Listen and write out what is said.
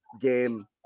game